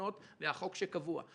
מהתקנות מהחוק שקבוע.